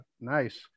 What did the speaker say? nice